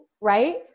right